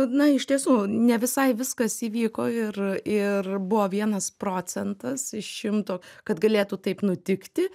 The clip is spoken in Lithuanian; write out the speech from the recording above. na iš tiesų ne visai viskas įvyko ir ir buvo vienas procentas iš šimto kad galėtų taip nutikti